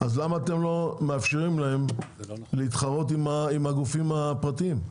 למה אתם לא מאפשרים להם להתחרות עם הגופים הפרטיים?